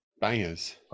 bangers